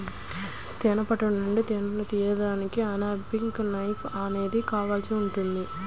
తేనె పట్టు నుంచి తేనెను తీయడానికి అన్క్యాపింగ్ నైఫ్ అనేది కావాల్సి ఉంటుంది